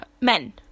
men